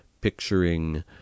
picturing